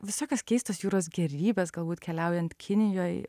visokios keistos jūros gėrybės galbūt keliaujant kinijoj